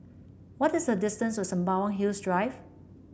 what is the distance to Sembawang Hills Drive